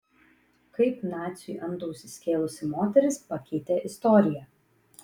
kaip naciui antausį skėlusi moteris pakeitė istoriją